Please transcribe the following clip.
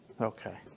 Okay